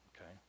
Okay